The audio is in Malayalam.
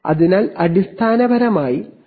അതിനാൽ അടിസ്ഥാനപരമായി ഇത് ആ കാര്യം വിശദീകരിക്കുന്നു